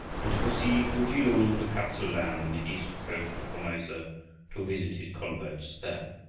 and to proceed through kelung to kap-tsu-lan on the east coast of formosa to visit his converts there.